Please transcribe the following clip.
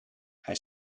hij